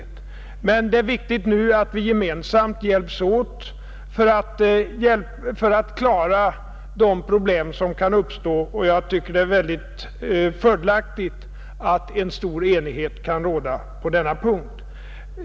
Det är emellertid nu viktigt att vi gemensamt hjälps åt att klara de problem som kan uppstå, och jag tycker att det är mycket fördelaktigt att en stor enighet kan råda på denna punkt.